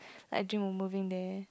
I dream of moving there